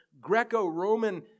Greco-Roman